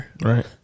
Right